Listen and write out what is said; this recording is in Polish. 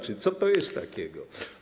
Co to jest takiego?